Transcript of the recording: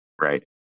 right